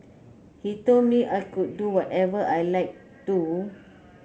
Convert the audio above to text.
he told me I could do whatever I like do